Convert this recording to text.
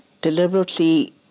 deliberately